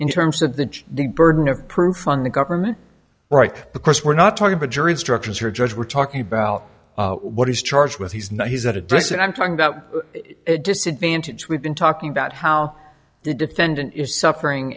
in terms of the d burden of proof on the government right the course we're not talking of a jury instructions or judge we're talking about what he's charged with he's not he's not address and i'm talking about disadvantage we've been talking about how the defendant is suffering